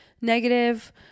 negative